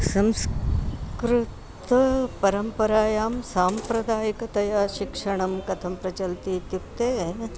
संस्कृतपरम्परायां साम्प्रदायिकतया शिक्षणं कथं प्रचलति इत्युक्ते